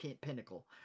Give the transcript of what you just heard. pinnacle